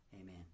amen